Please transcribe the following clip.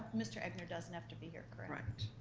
mr. egnor doesn't have to be here, correct?